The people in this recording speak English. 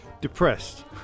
Depressed